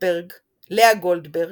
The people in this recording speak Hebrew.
לאה גולדברג,